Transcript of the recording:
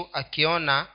akiona